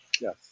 yes